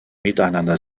miteinander